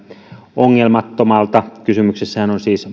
ongelmattomalta kysymyksessähän on siis